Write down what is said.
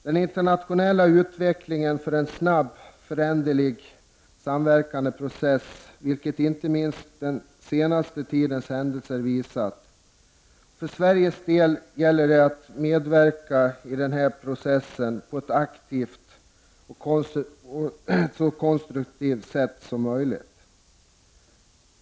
Den internationella utvecklingen är en snabbt föränderlig och samverkande process, vilket inte minst den senaste tidens händelser visat. För Sveriges del gäller det att medverka i denna process på ett så aktivt och konstruktivt sätt som möjligt.